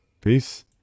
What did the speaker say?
Peace